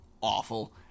awful